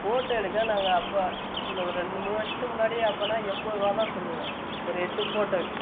photo எடுக்க வந்தாங்க அப்போ இன்னும் ரெண்டு மூணு வருஷத்துக்கு முன்னாடியே அப்படின்னா எண்பது ருபாய் தான் சொல்வோம் ஒரு எட்டு ஃபோட்டோவுக்கு